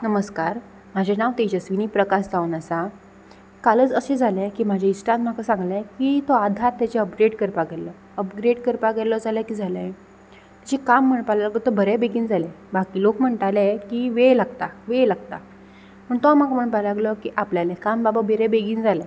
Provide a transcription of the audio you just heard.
नमस्कार म्हाजें नांव तेजस्विनी प्रकाश जावन आसा कालच अशें जालें की म्हाजे इश्टान म्हाका सांगलें की तो आधार तेजें अपग्रेट करपाक गेल्लो अपग्रेट करपाक गेल्लो जाल्या किद जालें तेजें काम म्हणपाक लागलो की तो बरें बेगीन जालें बाकी लोक म्हणटाले की वेळ लागता वेळ लागता पूण तो म्हाका म्हणपाक लागलो की आपल्यालें काम बाबा बिरें बेगीन जालें